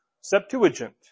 Septuagint